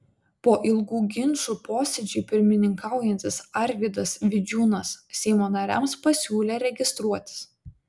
po ilgų ginčų posėdžiui pirmininkaujantis arvydas vidžiūnas seimo nariams pasiūlė registruotis